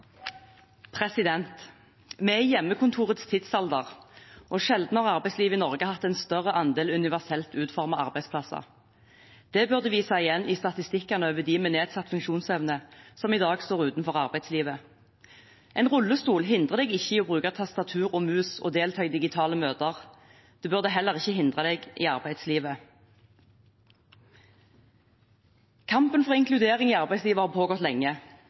burde vi se igjen i statistikkene over de med nedsatt funksjonsevne som i dag står utenfor arbeidslivet. En rullestol hindrer deg ikke i å bruke tastatur og mus og å delta i digitale møter. Det burde heller ikke hindre deg i arbeidslivet. Kampen for inkludering i arbeidslivet har pågått lenge.